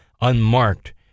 unmarked